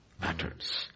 Patterns